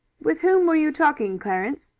with whom were you talking, clarence?